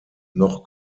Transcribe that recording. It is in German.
noch